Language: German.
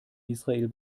israel